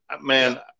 man